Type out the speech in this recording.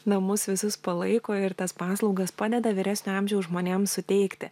na mus visus palaiko ir tas paslaugas padeda vyresnio amžiaus žmonėms suteikti